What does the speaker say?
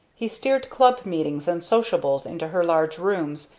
he steered club meetings and sociables into her large rooms,